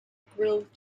grilled